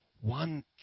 One